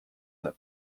that